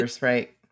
right